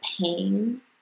pain